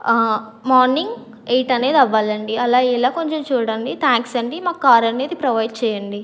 morning eight అనేది అవ్వాలండి అలా ఇలా కొంచెం చూడండి థ్యాంక్స్ అండి మాకు కారు అనేది ప్రొవైడ్ చేయండి